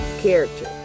character